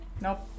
nope